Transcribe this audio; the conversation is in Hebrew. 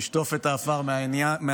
"תשטוף את העפר מהעיניים,